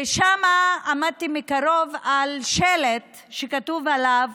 ושם עמדתי מקרוב ליד שלט שכתוב עליו,